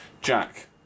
jack